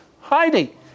Heidi